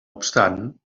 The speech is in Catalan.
obstant